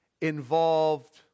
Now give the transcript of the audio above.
involved